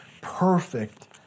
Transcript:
perfect